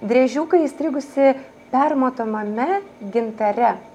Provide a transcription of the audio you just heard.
driežiuką įstrigusį permatomame gintare